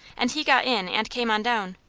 and he got in and came on down.